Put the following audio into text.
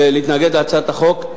להתנגד להצעת החוק,